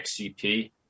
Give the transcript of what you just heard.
XCP